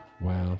Wow